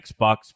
Xbox